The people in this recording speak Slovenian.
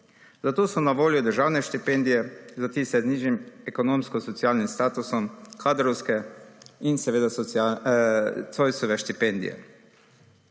Zato so na voljo državne štipendije za tiste z nižjim ekonomsko socialnim statusom, kadrovske in Ziosove štipendije.